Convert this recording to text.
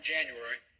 January